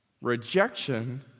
Rejection